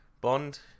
bond